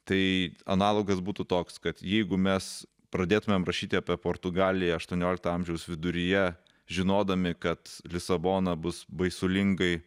tai analogas būtų toks kad jeigu mes pradėtumėme rašyti apie portugaliją aštuoniolikto amžiaus viduryje žinodami kad lisabona bus baisulingai